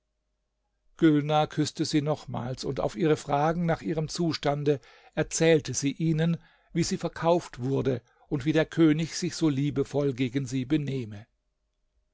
küßte sie nochmals und auf ihre fragen nach ihrem zustande erzählte sie ihnen wie sie verkauft wurde und wie der könig sich so liebevoll gegen sie benehme